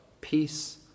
peace